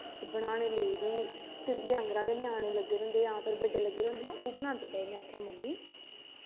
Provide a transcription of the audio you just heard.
एह् बनानें लेई बी तेरे आंह्गरे दे ञ्यानें लग्गे दे होंदे ऐ ओह् बनांदे नै में आक्खेआ मम्मी